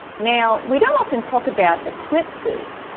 now we don't often talk about eclipses,